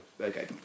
Okay